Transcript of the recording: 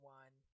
one